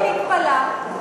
אני מתפלאה.